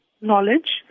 knowledge